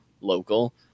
local